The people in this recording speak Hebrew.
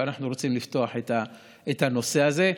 אם אנחנו רוצים לפתוח את הנושא הזה.